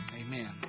Amen